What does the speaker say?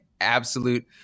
absolute